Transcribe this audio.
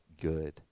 good